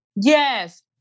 Yes